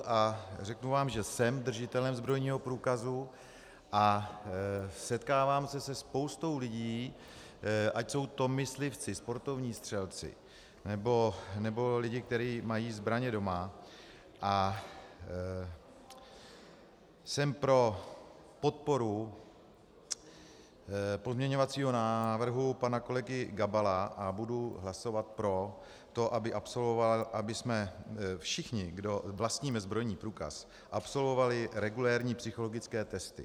A řeknu vám, že jsem držitelem zbrojního průkazu a setkávám se se spoustou lidí, ať jsou to myslivci, sportovní střelci nebo lidé, kteří mají zbraně doma, a jsem pro podporu pozměňovacího návrhu pana kolegy Gabala a budu hlasovat pro to, abychom všichni, kdo vlastníme zbrojní průkaz, absolvovali regulérní psychologické testy.